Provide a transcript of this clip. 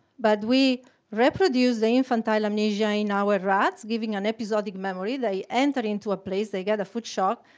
but we reproduced the infantile amnesia in our rats, giving an episodic memory, they enter into a place, they get a food shock,